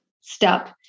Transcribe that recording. step